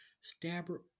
Stabber